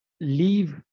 leave